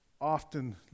often